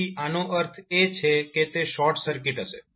તેથી આનો અર્થ એ છે કે તે શોર્ટ સર્કિટ હશે